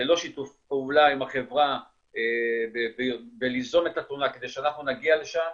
ללא שיתוף פעולה עם החברה בליזום את התלונה כדי שאנחנו נגיע לשם,